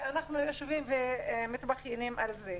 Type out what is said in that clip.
ואנחנו יושבים ומתבכיינים על זה.